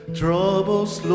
troubles